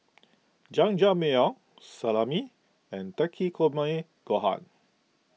Jajangmyeon Salami and Takikomi Gohan